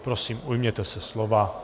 Prosím, ujměte se slova.